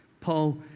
Paul